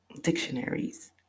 dictionaries